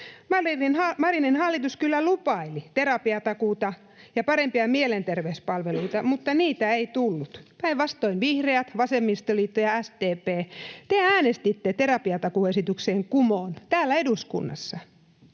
Marinin hallitus kyllä lupaili terapiatakuuta ja parempia mielenterveyspalveluita, mutta niitä ei tullut. Päinvastoin, vihreät, vasemmistoliitto ja SDP, te äänestitte terapiatakuuesityksen kumoon täällä eduskunnassa.